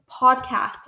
podcast